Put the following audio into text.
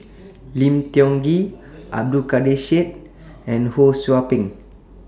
Lim Tiong Ghee Abdul Kadir Syed and Ho SOU Ping